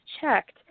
checked